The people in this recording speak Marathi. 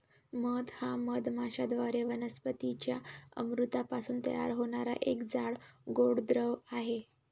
मध हा मधमाश्यांद्वारे वनस्पतीं च्या अमृतापासून तयार होणारा एक जाड, गोड द्रव आहे